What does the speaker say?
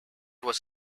was